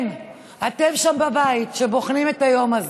כן, אתם שם בבית, שבוחנים את היום הזה,